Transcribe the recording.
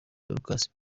dorcas